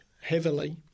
heavily